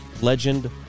legend